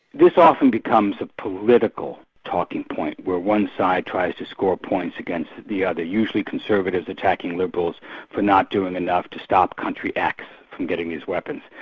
this often becomes a political talking point where one side tries to score points against the other, usually conservative attacking liberals for not doing enough to stop country x from getting these weapons.